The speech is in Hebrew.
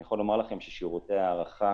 אני יכול לומר לכם ששירותי ההארחה